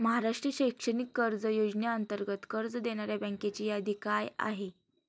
महाराष्ट्र शैक्षणिक कर्ज योजनेअंतर्गत कर्ज देणाऱ्या बँकांची यादी काय आहे?